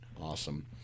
Awesome